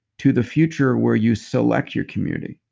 to the future where you select your community.